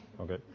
Okay